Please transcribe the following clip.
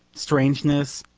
strangeness,